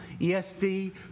ESV